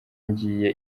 ngiye